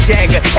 Jagger